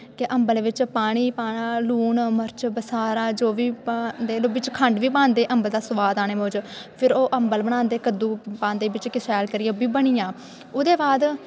ते अम्बल बिच्च पानी पाना लून मर्च बसारा जो बी पांदे बिच्च खंड बी पांदे अम्बल दा स्वाद आने मूजब फिर ओह् अम्बल बनांदे कद्दू पांदे बिच्च शैल करियै उब्बी बनी जा ओह्दे बाद